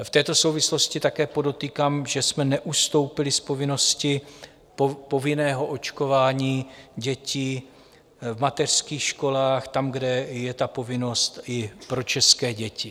V této souvislosti také podotýkám, že jsme neustoupili z povinnosti povinného očkování dětí v mateřských školách tam, kde je ta povinnost i pro české děti.